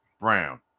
Brown